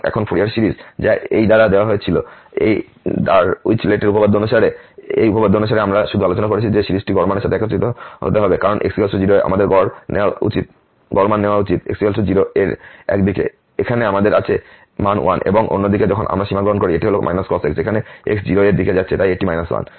সুতরাং এখন Fourier series যা এই দ্বারা দেওয়া হয়েছিল এই ডাইরিচলেটের উপপাদ্য অনুসারে এই উপপাদ্য অনুসারে আমরা শুধু আলোচনা করেছি যে সিরিজটি গড় মানের সাথে একত্রিত হতে হবে কারণ x 0 এ আমাদের গড় নেওয়া উচিত মান x 0 এক দিকে এখানে আমাদের আছে মান 1 এবং অন্য দিকে যখন আমরা সীমা গ্রহণ করি এটি হল cos x যেখানে x 0 এর দিকে যাচ্ছে তাই এটি 1